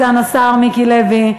סגן השר מיקי לוי,